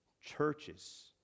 churches